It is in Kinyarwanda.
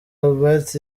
albert